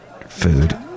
food